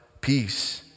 Peace